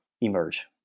emerge